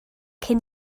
cyn